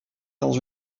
dans